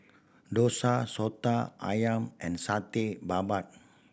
dosa Soto Ayam and Satay Babat